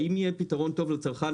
האם יהיה פתרון טוב לצרכן?